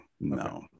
no